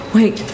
Wait